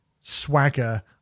swagger